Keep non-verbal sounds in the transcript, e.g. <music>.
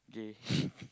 okay <laughs>